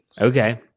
okay